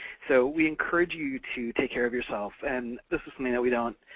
so we encourage you to take care of yourself, and this is something that we don't,